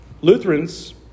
Lutherans